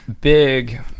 big